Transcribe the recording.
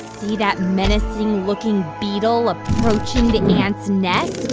see that menacing-looking beetle approaching the ants' nest?